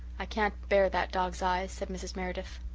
i can't bear that dog's eyes, said mrs. meredith.